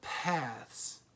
paths